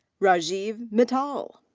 rajiv mittal.